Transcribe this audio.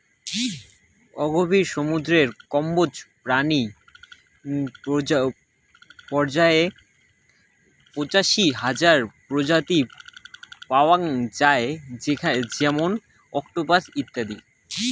অগভীর সমুদ্রের কম্বোজ প্রাণী পর্যায়ে পঁচাশি হাজার প্রজাতি পাওয়াং যাই যেমন অক্টোপাস ইত্যাদি